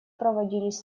проводились